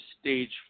stage